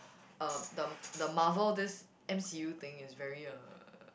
um the the Marvel this M_C_U thing is very uh